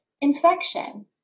infection